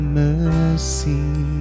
mercy